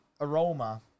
aroma